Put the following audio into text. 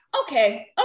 Okay